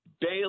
Bail